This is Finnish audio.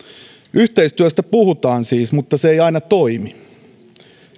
yhteistyöstä puhutaan siis mutta se ei aina toimi